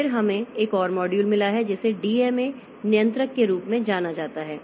फिर हमें एक और मॉड्यूल मिला है जिसे डीएमए नियंत्रक के रूप में जाना जाता है